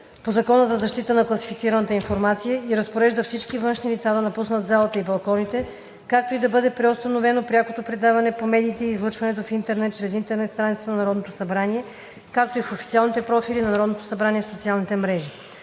по Закона за защита на класифицираната информация, и разпорежда всички външни лица да напуснат залата и балконите, както и да бъде преустановено прякото предаване по медиите и излъчването в интернет чрез интернет страницата на Народното събрание, както и в официалните профили на Народното събрание в социалните мрежи,